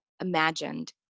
imagined